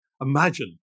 Imagine